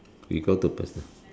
we go to pers~